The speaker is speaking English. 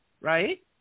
right